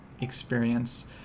experience